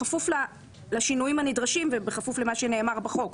בכפוף לשינויים ובכפוף למה שנאמר בחוק.